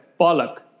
Pollock